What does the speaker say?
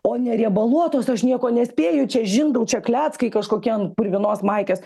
o ne riebaluotos aš nieko nespėju čia žindau čia kleckai kažkokie ant purvinos maikės